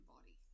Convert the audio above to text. body